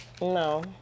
No